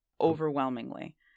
overwhelmingly